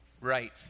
Right